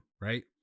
Right